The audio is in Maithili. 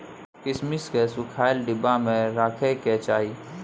किशमिश केँ सुखल डिब्बा मे राखे कय चाही